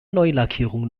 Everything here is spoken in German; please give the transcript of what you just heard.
neulackierung